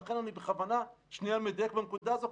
לכן אני בכוונה מדייק בנקודה הזאת.